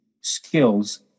skills